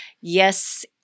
Yes